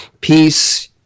peace